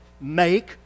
make